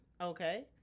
okay